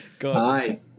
Hi